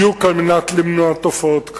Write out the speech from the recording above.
בדיוק על מנת למנוע תופעות כאלה.